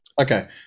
Okay